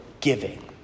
giving